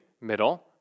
middle